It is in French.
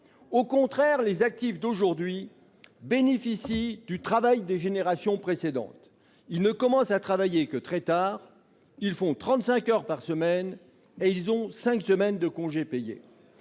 Au contraire, les actifs d'aujourd'hui bénéficient du travail des générations précédentes. Ils ne commencent à travailler que très tard, ils font 35 heures par semaine, et ils ont cinq semaines de congés payés.